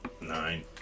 nine